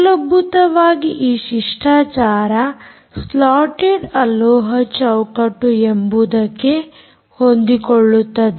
ಮೂಲಭೂತವಾಗಿ ಈ ಶಿಷ್ಟಾಚಾರ ಸ್ಲೊಟ್ಟೆಡ್ ಅಲೋಹ ಚೌಕಟ್ಟು ಎಂಬುದಕ್ಕೆ ಹೊಂದಿಕೊಳ್ಳುತ್ತದೆ